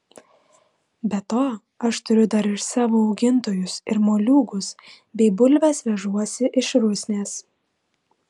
be to aš turiu dar ir savo augintojus ir moliūgus bei bulves vežuosi iš rusnės